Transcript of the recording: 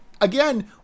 again